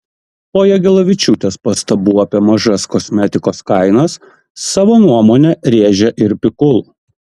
po jagelavičiūtės pastabų apie mažas kosmetikos kainas savo nuomonę rėžė ir pikul